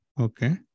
Okay